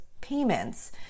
payments